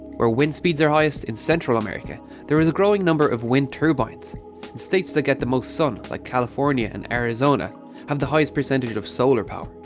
where wind speeds are highest in central america there is a growing number of wind turbines and states that get the most sun like california and arizona have the highest percentage of solar power,